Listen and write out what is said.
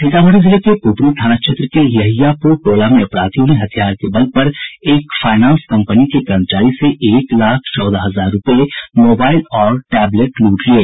सीतामढ़ी जिले के पुपरी थाना क्षेत्र के यहियापुर टोला में अपराधियों ने हथियार के बल पर एक फायनांस कंपनी के कर्मचारी से एक लाख चौदह हजार रूपये मोबाईल और टबलेट लूट लिये